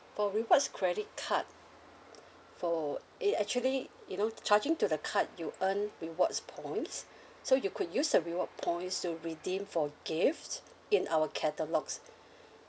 for rewards credit card for it actually you know charging to the card you earn rewards points so you could use your reward points to redeem for gift in our catalogues